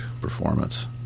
performance